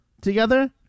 together